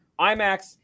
IMAX